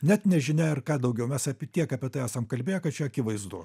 net nežinia ar ką daugiau mes apie tiek apie tai esam kalbėję kad čia akivaizdu